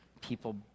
People